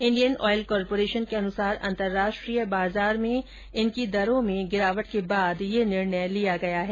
Indian Oil Corporation के अनुसार अंतर्राष्ट्रीय बाजार में इनकी दरों में गिरावट के बाद यह निर्णय लिया गया है